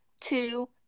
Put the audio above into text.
two